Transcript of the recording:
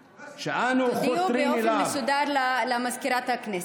תודיעו באופן מסודר למזכירת הכנסת.